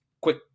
quick